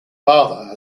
father